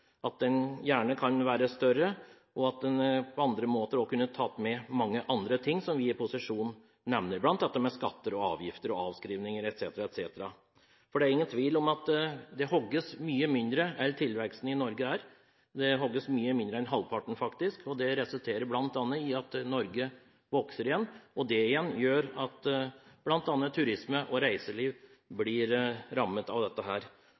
at den gjerne kunne vært større, og at den på andre måter også kunne tatt med mange andre ting som vi i opposisjonen nevner, bl.a. dette med skatter, avgifter og avskrivninger etc. Det er ingen tvil om at det hogges mye mindre enn det som er tilveksten i Norge. Det hogges faktisk mye mindre enn halvparten. Det resulterer bl.a. i at Norge vokser igjen. Det igjen gjør at bl.a. turisme og reiseliv blir rammet av dette.